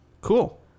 Cool